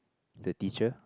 the teacher